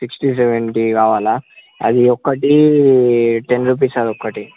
sixty seventy కావాలా అది ఒకటి టెన్ రూపీస్ అది ఒకటి